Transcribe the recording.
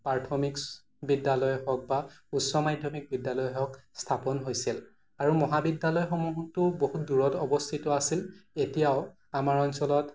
প্ৰাথমিক বিদ্যালয়ে হওক বা উচ্চ মাধ্যমিক বিদ্যালয়ে হওক স্থাপন হৈছিল আৰু মহাবিদ্যালয়সমূহতো বহুত দূৰত অৱস্থিত আছিল এতিয়াও আমাৰ অঞ্চলত